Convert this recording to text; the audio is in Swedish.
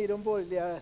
I de borgerliga